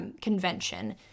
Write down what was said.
convention